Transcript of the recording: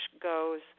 goes